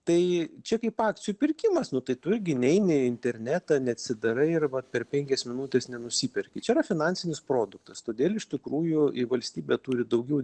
tai čia kaip akcijų pirkimas nu tai tu irgi neini į internetą neatsidarai ir va per penkias minutes nenusiperki čia yra finansinis produktas todėl iš tikrųjų jei valstybė turi daugiau